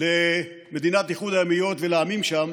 למדינת איחוד האמירויות ולעמים שם,